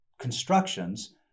constructions